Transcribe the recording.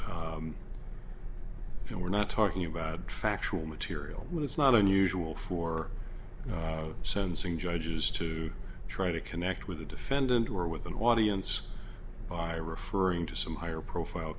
and we're not talking about factual material it's not unusual for sentencing judges to try to connect with the defendant or with an audience by referring to some higher profile